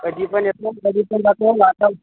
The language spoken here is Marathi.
कधी पण येतो आणि कधी पण जातो वाता